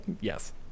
Yes